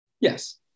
yes